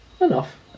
Enough